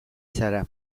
zara